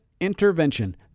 intervention